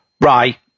Right